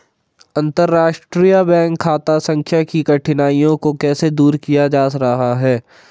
अंतर्राष्ट्रीय बैंक खाता संख्या की कठिनाइयों को कैसे दूर किया जा रहा है?